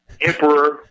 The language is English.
emperor